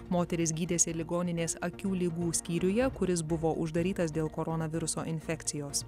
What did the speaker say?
moteris gydėsi ligoninės akių ligų skyriuje kuris buvo uždarytas dėl koronaviruso infekcijos